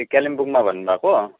ए कालिम्पोङमा भन्नुभएको